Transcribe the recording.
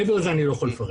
מעבר לזה אני לא יכול לפרט.